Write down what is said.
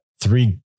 three